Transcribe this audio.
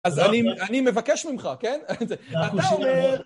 אז אני מבקש ממך, כן? אתה אומר...